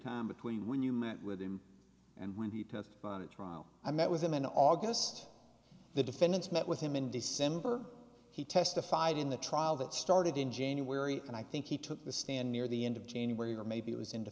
time between when you met with him and when he took on a trial i met with him in august the defendants met with him in december he testified in the trial that started in january and i think he took the stand near the end of january or maybe it was into